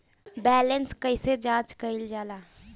Balance कइसे जांच कइल जाइ?